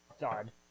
God